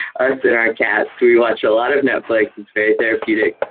us there are cats, we watch a lot of netflix. it's very therapeutic